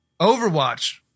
Overwatch